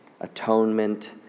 atonement